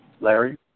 Larry